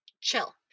chill